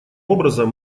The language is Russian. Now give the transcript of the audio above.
образом